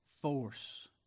force